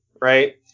Right